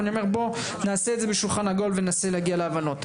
אבל אני אומר בואו נעשה את זה בשולחן עגול וננסה להגיע להבנות.